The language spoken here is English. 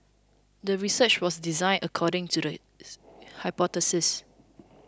the research was designed according to the hypothesis